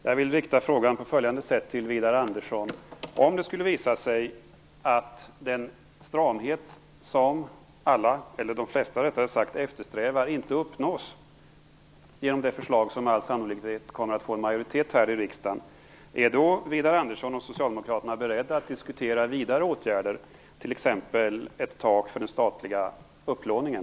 Jag vill fråga Widar Andersson följande: Om det skulle visa sig att den stramhet som alla, eller rättare sagt de flesta, eftersträvar inte uppnås genom det förslag som med all sannolikhet kommer att få majoritet här i riksdagen, är då Widar Andersson och Socialdemokraterna beredda att diskutera vidare åtgärder, t.ex. ett tak för den statliga upplåningen?